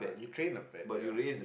he trained a bat ya